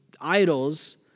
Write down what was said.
idols